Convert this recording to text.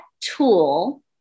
tool